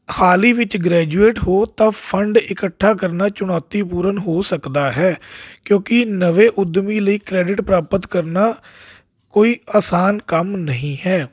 ਹਾਲ ਹੀ ਵਿੱਚ ਗ੍ਰੈਜੂਏਟ ਹੋ ਤਾਂ ਫੰਡ ਇਕੱਠਾ ਕਰਨਾ ਚੁਣੌਤੀਪੂਰਨ ਹੋ ਸਕਦਾ ਹੈ ਕਿਉਂਕਿ ਨਵੇਂ ਉੱਦਮੀ ਲਈ ਕ੍ਰੈਡਿਟ ਪ੍ਰਾਪਤ ਕਰਨਾ ਕੋਈ ਆਸਾਨ ਕੰਮ ਨਹੀਂ ਹੈ